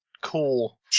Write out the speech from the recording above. Cool